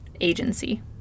Agency